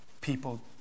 people